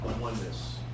oneness